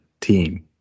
team